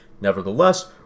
Nevertheless